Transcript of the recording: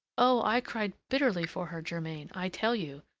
oh! i cried bitterly for her, germain, i tell you!